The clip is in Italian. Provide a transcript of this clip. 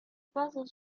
basa